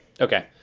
Okay